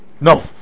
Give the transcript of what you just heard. No